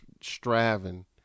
striving